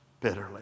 bitterly